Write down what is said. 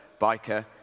biker